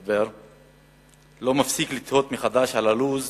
אני, כחבר כנסת חדש, לא מפסיק לתהות מחדש על הלו"ז